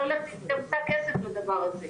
צריך כסף לדבר הזה,